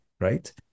right